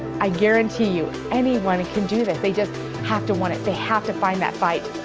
i guarantee you, anyone can do this. they just have to want it. they have to find that fight.